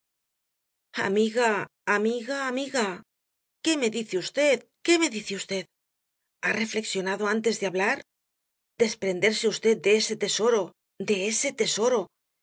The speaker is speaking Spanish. amiga amiga amiga qué me dice v qué me dice v ha reflexionado antes de hablar desprenderse v de ese tesoro de ese tesoro